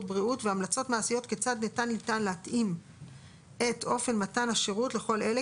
בריאות והמלצות מעשיות כיצד ניתן להתאים את אופן מתן השירות לכל אלה